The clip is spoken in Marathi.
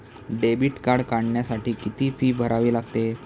डेबिट कार्ड काढण्यासाठी किती फी भरावी लागते?